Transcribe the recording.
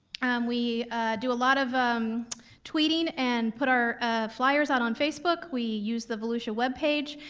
we do a lot of tweeting and put our flyers out on facebook. we use the volusia webpage,